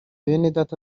benedata